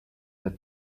that